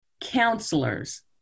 counselors